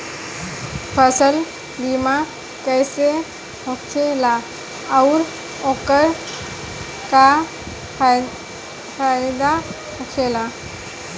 फसल बीमा कइसे होखेला आऊर ओकर का फाइदा होखेला?